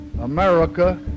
America